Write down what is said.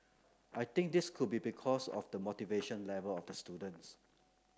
I think this could be because of the motivation level of the students